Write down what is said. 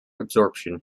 absorption